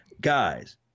Guys